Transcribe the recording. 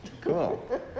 Cool